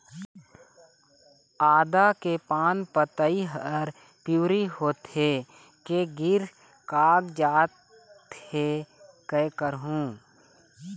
आदा के पान पतई हर पिवरी होथे के गिर कागजात हे, कै करहूं?